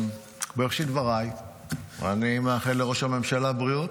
בראשית דבריי אני מאחל לראש הממשלה בריאות.